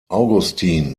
augustin